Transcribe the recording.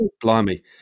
blimey